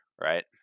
right